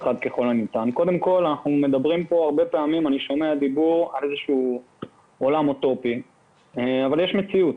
קודם כל אני שומע הרבה פעמים על עולם אוטופי אבל יש מציאות.